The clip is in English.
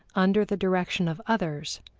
under the direction of others,